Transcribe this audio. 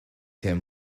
him